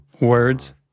words